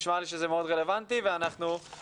נשמע לי שזה רלוונטי ואחרי כן נסיים.